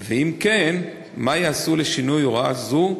2. אם כן, מה יעשו לשינוי הוראה זו?